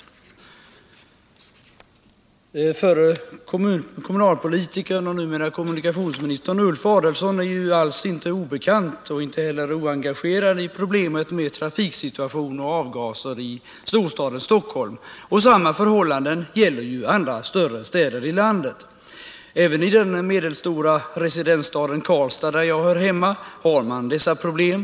Den förre kommunalpolitikern och numera kommunikationsministern Ulf Adelsohn är ju alls inte obekant, och han är inte heller oengagerad i problemet med trafiksituationen och avgaserna i storstaden Stockholm, och samma förhållanden gäller också andra större städer i landet. Äveni den medelstora residensstaden Karlstad, där jag hör hemma, har man dessa problem.